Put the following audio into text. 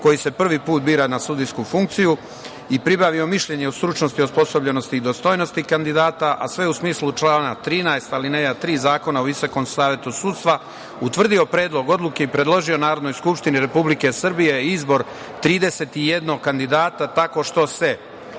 koji se prvi put bira na sudijsku funkciju i pribavio mišljenje o stručnosti, osposobljenosti i dostojnosti kandidata, a sve u smislu člana 13. alineja 3. Zakona o visokom savetu sudstva, utvrdio Predlog odluke i predložio Narodnoj skupštini Republike Srbije izbor 31. kandidata tako što se